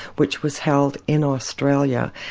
which was held in australia,